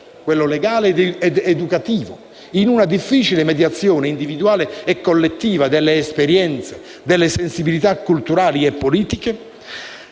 (quello legale e quello educativo) in una difficile mediazione individuale e collettiva delle esperienze e delle sensibilità culturali e politiche,